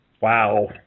Wow